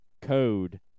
code